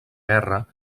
guerra